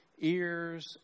ears